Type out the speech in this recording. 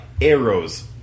arrows